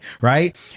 right